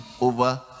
over